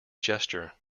gesture